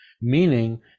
Meaning